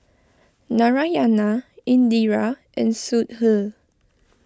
Narayana Indira and Sudhir